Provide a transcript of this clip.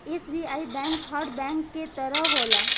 SBI bank हर bank के तरह होला